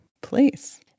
place